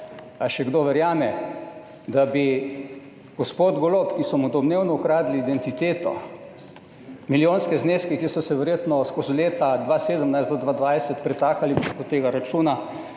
Ali še kdo verjame, da bi gospod Golob, ki so mu domnevno ukradli identiteto, milijonske zneske, ki so se verjetno skozi leta 2017 do 2020 pretakali preko tega računa,